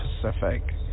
Pacific